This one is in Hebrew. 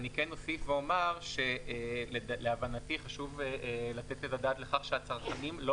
אני כן אוסיף ואומר שלהבנתי חשוב לתת את הדעת לכך שהצרכנים לא